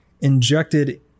injected